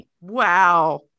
Wow